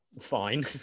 fine